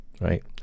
right